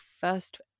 first